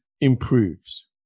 improves